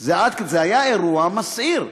זה היה אירוע מסעיר,